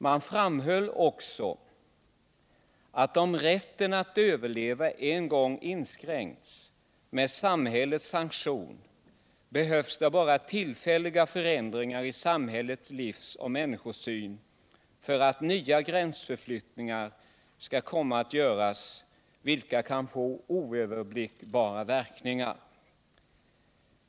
Man framhöll också att om rätten att överleva en gång inskränks med samhällets sanktion, behövs det bara tillfälliga förändringar i samhällets livsoch människosyn för att nya gränsförflyttningar skall komma att göras, vilka kan få oöverblickbara verkningar.